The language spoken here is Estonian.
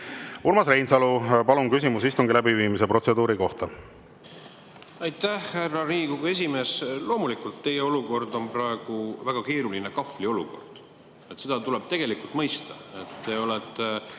Urmas Reinsalu, palun, küsimus istungi läbiviimise protseduuri kohta! Aitäh, härra Riigikogu esimees! Loomulikult, teie olukord on praegu väga keeruline, kahvli olukord. Seda tuleb mõista. Küllap